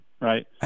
right